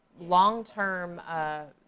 long-term